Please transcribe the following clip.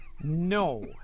No